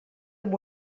amb